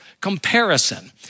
comparison